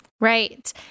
Right